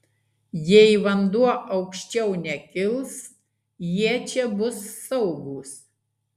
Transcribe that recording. jei vanduo aukščiau nekils jie čia bus saugūs